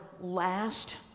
last